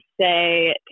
say